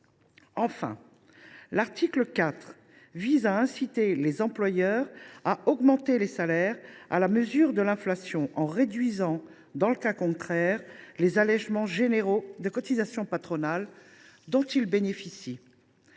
Enfin, l’article 4 incite les employeurs à augmenter les salaires à la mesure de l’inflation en réduisant, dans le cas contraire, les allégements généraux de cotisations patronales dont ils bénéficient.